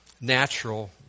natural